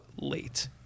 late